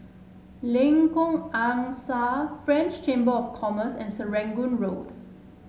Lengkok Angsa French Chamber of Commerce and Serangoon Road